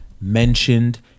mentioned